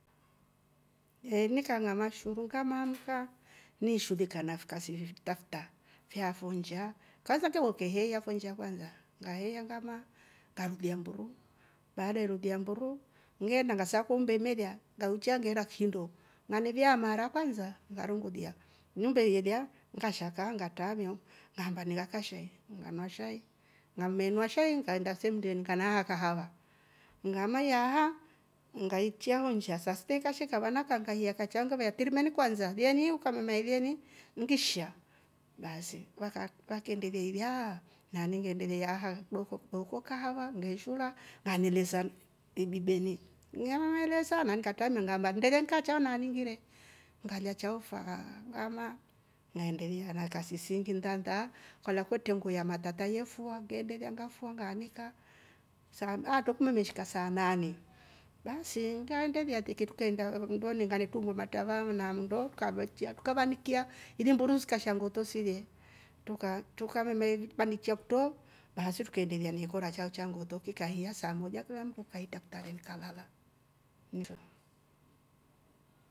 Neinika nkama shuru kama amka nishuulika na fkasi ftafta fia fo njaa kazake workea heya fonji ya kwanza ngaeya ngama ngamdia mburu baada ilirudia ngeenda ngasako mbemelia ngaucha ngera kishindo nanilia mara kwanza narungu beya. umbe yelia ngashaka ngatoamio ngamba nilakeshe ngamashai ngamenua shai nkarnenda semndueni nikanaha kahawa ngamaya haa ngaichao nsha saa sita ikashe kavana kangaia kachanga vaya terimani kwanza jeni ukamunwa nailieni mkisha basi waka wakendeveiliaa nani ngende veyahaa doko kudoka hava meishira mamele sam ivibwenyi. niaale saa nangata nangamba mndenge nkachana naningire ngalia chaofwahaa ngama naengia narta sisi ingi mtanta kaluakote nguya matata yefua ngendenga ngafua ngaanika sama mlaato kumbe imeshika saa nane basi ngaendelia ikituko ingara gudua nyumbani iktubo martava na mndokabwe chia tukavana nikia imu mburu zikashkangoto sivie tuka- tukamemevi mamichaktu basi tukaendelea na ekora chaochao cha ngoto fika hia saa moja kila mtu kaita kutale nikalala.